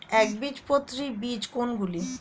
একবীজপত্রী বীজ কোন গুলি?